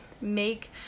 make